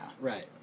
Right